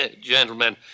Gentlemen